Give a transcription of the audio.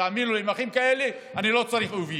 תאמינו לי, עם אחים כאלה אני לא צריך אויבים.